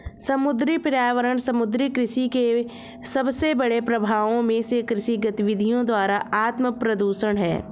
समुद्री पर्यावरण समुद्री कृषि के सबसे बड़े प्रभावों में से कृषि गतिविधियों द्वारा आत्मप्रदूषण है